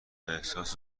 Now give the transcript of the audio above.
احساس